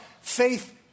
faith